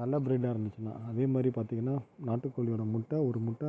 நல்ல ப்ரீடாக இருந்துச்சுனா அதேமாதிரி பார்த்திங்கன்னா நாட்டுக்கோழியோடய முட்டை ஒரு முட்டை